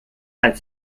als